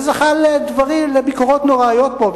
זה זכה לביקורות נוראיות פה.